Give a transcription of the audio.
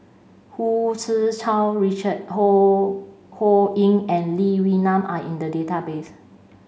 Hu Tsu Tau Richard Ho Ho Ying and Lee Wee Nam are in the database